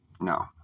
No